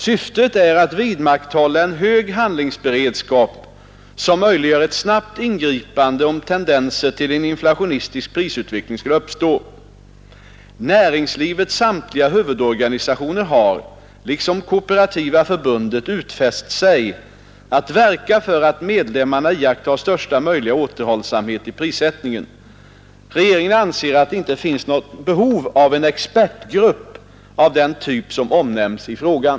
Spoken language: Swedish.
Syftet är att vidmakthålla en hög handlingsberedskap, som möjliggör ett snabbt ingripande om tendenser till en inflationistisk prisutveckling skulle uppstå. Näringslivets samtliga huvudorganisationer har liksom Kooperativa förbundet utfäst sig att verka för att medlemmarna iakttar största möjliga återhållsamhet i prissättningen. Regeringen anser att det inte finns något behov av en expertgrupp av den typ som omnämns i frågan.